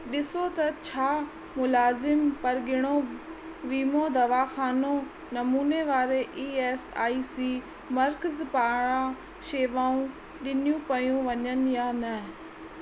ॾिसो त छा मुलाज़िमु परगि॒णो वीमो दवाख़ानो नमूने वारे ई एस आई सी मर्कज़ पारां शेवाऊं ॾिनियूं पयूं वञनि या न